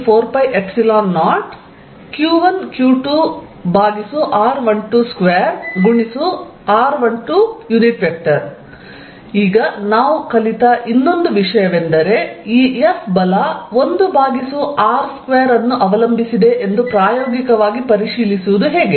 F1 14π0q1q2r122r1214π0q1q2r123r21 ಈಗ ನಾವು ಕಲಿತ ಇನ್ನೊಂದು ವಿಷಯವೆಂದರೆ ಈ F ಬಲ 1r2 ಅನ್ನು ಅವಲಂಬಿಸಿದೆ ಎಂದು ಪ್ರಾಯೋಗಿಕವಾಗಿ ಪರಿಶೀಲಿಸುವುದು ಹೇಗೆ